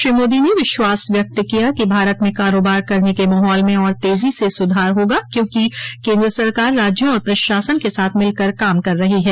श्री मोदी ने विश्वास व्यक्त किया कि भारत में कारोबार करने के माहौल में और तेजी से सुधार होगा क्योंकि केन्द्र सरकार राज्यों और प्रशासन के साथ मिलकर काम कर रही है